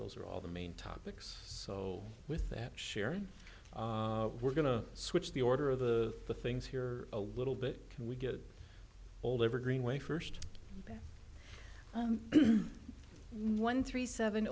those are all the main topics so with that sharon we're going to switch the order of things here a little bit can we get old evergreen way first one three seven